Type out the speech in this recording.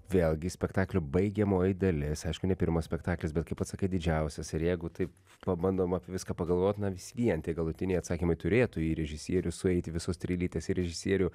vėlgi spektaklio baigiamoji dalis aišku ne pirmas spektaklis bet kaip pats sakai didžiausias ir jeigu taip pabandom apie viską pagalvot na vis vien tie galutiniai atsakymai turėtų į režisierių sueiti visos strėlytės į režisierių